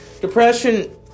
Depression